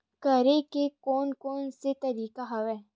करे के कोन कोन से तरीका हवय?